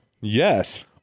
Yes